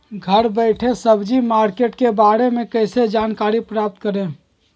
घर बैठे सब्जी मार्केट के बारे में कैसे जानकारी प्राप्त करें?